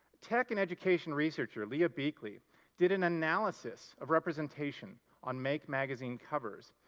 tech and education researcher leah weekly did an analysis of presentation on make magazine covers.